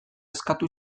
eskatu